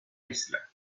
isla